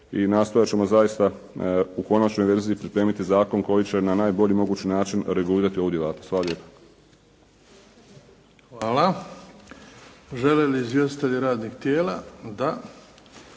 i nastojat ćemo zaista u konačnoj verziji pripremiti zakon koji će na najbolji mogući način regulirati ovu djelatnost. Hvala lijepo. **Bebić, Luka (HDZ)** Hvala. Žele li izvjestitelji radnih tijela? Da.